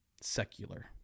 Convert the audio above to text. secular